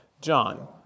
John